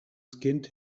skinned